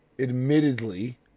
admittedly